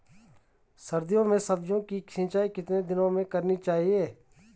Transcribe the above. सर्दियों में सब्जियों की सिंचाई कितने दिनों में करनी चाहिए?